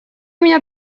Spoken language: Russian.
меня